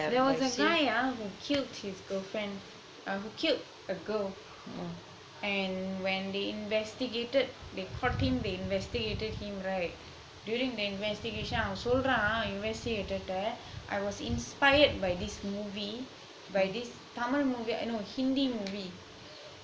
there was a guy ah that killed his girlfriend that killed a girl and when they investigated they caught him they investigated him right during the investigation அவன் சொல்றான்:avan solran investigator I was inspired by this movie by this tamil movie no hindi movie